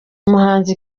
umuhanzi